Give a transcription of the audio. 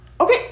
Okay